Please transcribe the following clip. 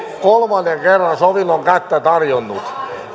kolmannen kerran sovinnon kättä tarjonnut